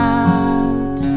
out